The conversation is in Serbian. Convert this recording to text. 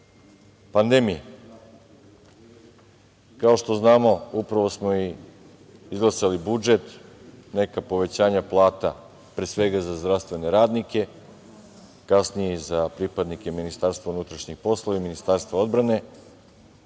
pandemije, kao što znamo, upravo smo izglasali budžet, neka povećanja plata, pre svega za zdravstvene radnike, kasnije i za pripadnike Ministarstva unutrašnjih poslova i Ministarstva odbrane,